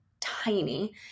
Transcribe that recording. tiny